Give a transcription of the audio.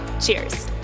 Cheers